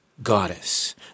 goddess